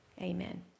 amen